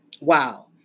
Wow